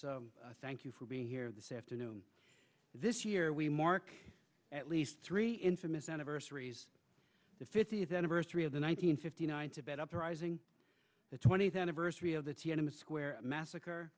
you thank you for being here this afternoon this year we mark at least three infamous anniversaries the fiftieth anniversary of the one nine hundred fifty nine to that uprising the twentieth anniversary of the tiananmen square massacre